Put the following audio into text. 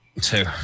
Two